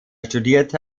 studierte